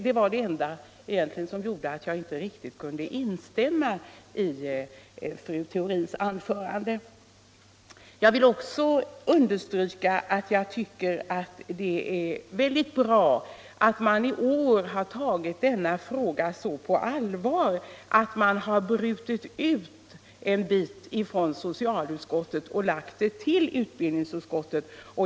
— Detta var det enda som gjorde att jag inte kunde instämma i fru Theorins anförande. Det är bra att man i år har tagit denna fråga så på allvar att man har brutit ut en bit av den från socialutskottet och lagt den på utbildningsutskottet.